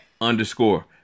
underscore